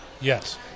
Yes